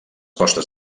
costes